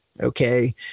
Okay